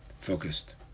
focused